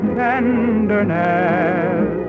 tenderness